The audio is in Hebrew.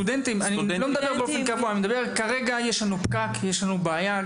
כרגע יש לנו בעיה.